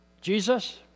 Jesus